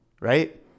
right